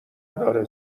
داره